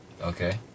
Okay